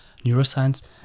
neuroscience